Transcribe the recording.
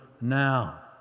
now